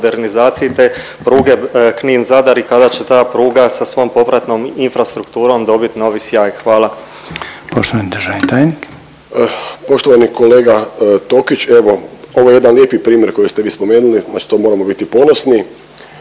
modernizaciji te pruge Knin-Zadar i kada će ta pruga sa svom popratnom infrastrukturom dobit novi sjaj? Hvala. **Reiner, Željko (HDZ)** Poštovani državni tajnik. **Tušek, Žarko (HDZ)** Poštovani kolega Tokić, evo ovo je jedan lijepi primjer koji ste vi spomenuli, na što moramo biti ponosni.